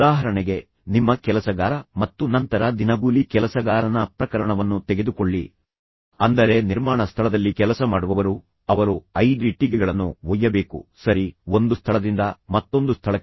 ಉದಾಹರಣೆಗೆ ನಿಮ್ಮ ಕೆಲಸಗಾರ ಮತ್ತು ನಂತರ ದಿನಗೂಲಿ ಕೆಲಸಗಾರನ ಪ್ರಕರಣವನ್ನು ತೆಗೆದುಕೊಳ್ಳಿ ಅಂದರೆ ನಿರ್ಮಾಣ ಸ್ಥಳದಲ್ಲಿ ಕೆಲಸ ಮಾಡುವವರು ಅವರು ಐದು ಇಟ್ಟಿಗೆಗಳನ್ನು ಒಯ್ಯಬೇಕು ಸರಿ ಒಂದು ಸ್ಥಳದಿಂದ ಮತ್ತೊಂದು ಸ್ಥಳಕ್ಕೆ